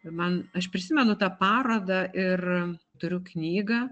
man aš prisimenu tą parodą ir turiu knygą